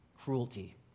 cruelty